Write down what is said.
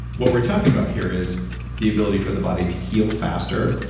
what we're talking about here is the ability for the body to heal faster,